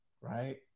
right